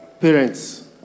parents